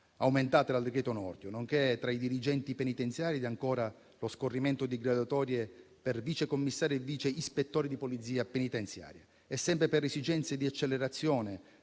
aumentate dal decreto Nordio, nonché tra i dirigenti penitenziari, e ancora lo scorrimento di graduatorie per vice commissari e vice ispettori di Polizia penitenziaria. Sempre per esigenze di accelerazione